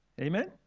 amen